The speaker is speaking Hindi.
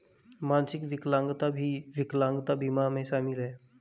मानसिक विकलांगता भी विकलांगता बीमा में शामिल हैं